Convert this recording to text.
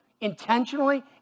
Intentionally